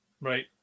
right